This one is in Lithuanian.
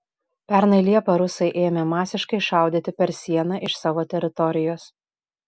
pernai liepą rusai ėmė masiškai šaudyti per sieną iš savo teritorijos